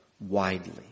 widely